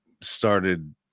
started